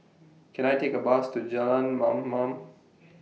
Can I Take A Bus to Jalan Mamam